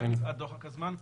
רק דוחק הזמן,